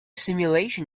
simulation